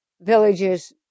villages